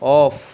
of